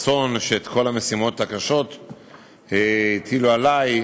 המשימות הקשות הטילו עלי.